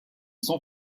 son